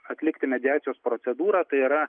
atlikti mediacijos procedūrą tai yra